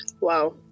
Wow